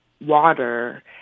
water